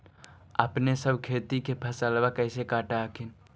अपने सब खेती के फसलबा कैसे काट हखिन?